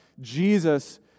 Jesus